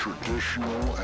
traditional